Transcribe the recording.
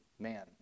man